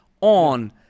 on